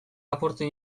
apurtu